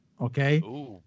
Okay